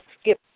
skip